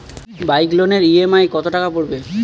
Bike লোনের EMI কত টাকা পড়বে?